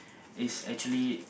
is actually